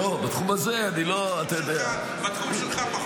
בתחום שלך פחות.